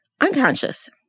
unconscious